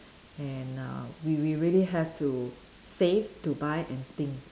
and uh we we really have to save to buy and think